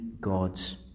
gods